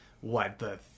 what—the